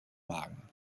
magen